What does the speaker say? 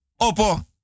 Opo